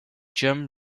gym